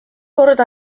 kord